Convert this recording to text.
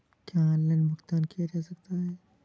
क्या ऑनलाइन भुगतान किया जा सकता है?